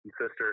sister